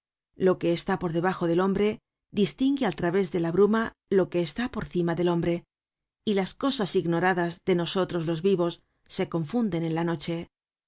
lo que está por debajo del hombre distingue al través de la bruma lo que está por cima del hombre y las cosas ignoradas de nosotros los vivos se confunden en la noche